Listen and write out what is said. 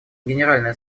генеральной